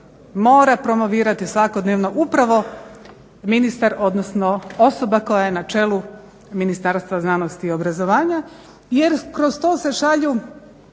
mora promovirati svakodnevno upravo ministar odnosno osoba koja je na čelu Ministarstva znanosti i obrazovanja jer kroz to se šalju